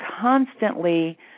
constantly